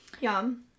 yum